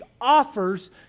offers